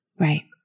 Right